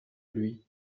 lui